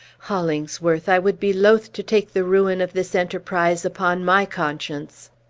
hollingsworth, i would be loath to take the ruin of this enterprise upon my conscience.